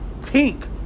Tink